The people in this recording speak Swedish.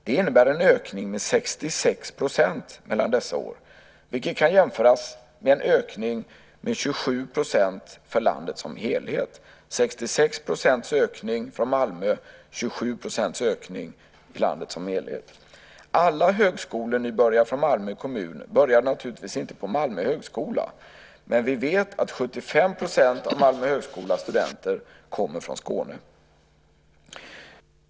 Det innebär en ökning med 66 % mellan dessa år, vilket kan jämföras med en ökning med 27 % i landet som helhet. Alla högskolenybörjare från Malmö kommun började naturligtvis inte på Malmö högskola, men vi vet att 75 % av Malmö högskolas studenter kommer från Skåne.